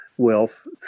wealth